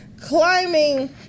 climbing